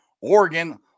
Oregon